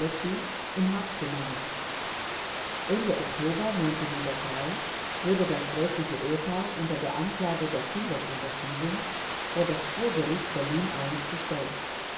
in haft genommen ende oktober wurde das gräfliche ehepaar unter der anklage der kindesunterschiebung vor das schwurgericht berlin i gestellt